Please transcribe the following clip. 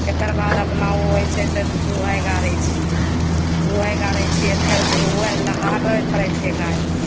तकर बाद अपना उ अबय छै तऽ दूहइ गारय छियै दूहय गारय छियै फेर धुआबय नहाबय पड़य छै गायके